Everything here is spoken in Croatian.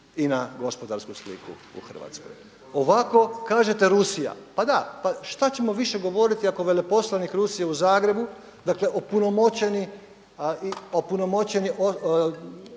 i na gospodarsku sliku u Hrvatskoj. Ovako kažete Rusija, pa da, pa šta ćemo više govoriti ako veleposlanik Rusije u Zagrebu, dakle opunomoćeni